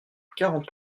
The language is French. quarante